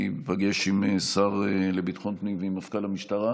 להיפגש עם השר לביטחון הפנים ועם מפכ"ל המשטרה,